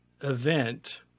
event